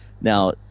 now